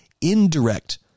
indirect